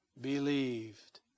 believed